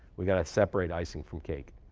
we've got to separate icing from cake.